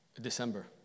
December